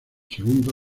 segundo